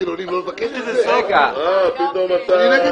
סליחה, ואם דתי